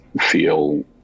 feel